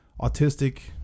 autistic